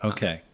Okay